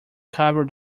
carbon